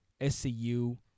SCU